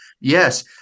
Yes